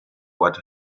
what